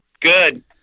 Good